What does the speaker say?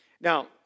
Now